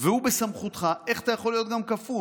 והוא בסמכותך איך אתה יכול להיות גם כפוף?